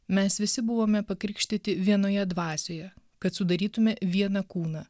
mes visi buvome pakrikštyti vienoje dvasioje kad sudarytume vieną kūną